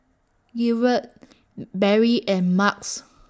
Gilbert Berry and Marques